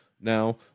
now